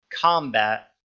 combat